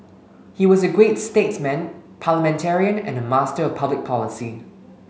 he was a great statesman parliamentarian and a master of public policy